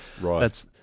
right